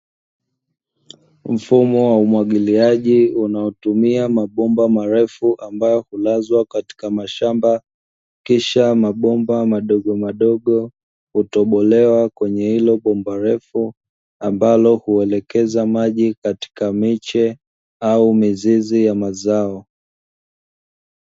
Mfumo wa umwagiliaji unaotumia mabomba marefu ambayo hulazwa katika mashamba, kisha mabomba madogomadogo, hutobolewa kwenye hilo bomba refu, ambalo huelekeza maji katika miche au mizizi ya mazao.